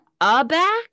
aback